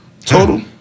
total